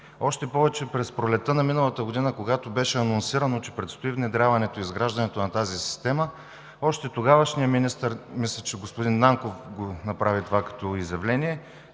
Още повече, през пролетта на миналата година, когато беше анонсирано, че предстои внедряването и изграждането на тази система, тогавашния министър, мисля, че господин Нанков, направи това като изявление